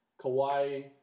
Kawhi